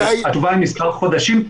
מתי --- התשובה היא כמה חודשים,